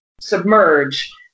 submerge